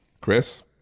Chris